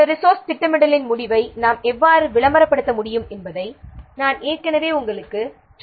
இந்த ரிசோர்ஸ் திட்டமிடலின் முடிவை நாம் எவ்வாறு விளம்பரப்படுத்த முடியும் என்பதை ஏற்கனவே உங்களுக்குச் சொல்லியிருக்கிறோம்